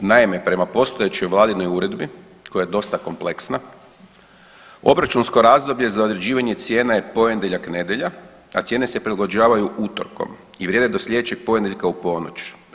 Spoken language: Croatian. Naime, prema postojećoj vladinoj uredbi koja je dosta kompleksna obračunsko razdoblje za određivanje cijene je ponedjeljak nedjelja, a cijene se prilagođavaju utorkom i vrijede do slijedećeg ponedjeljka u ponoć.